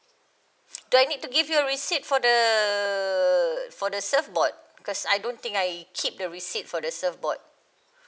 do I need to give you a receipt for the for the surfboard because I don't think I keep the receipt for the surfboard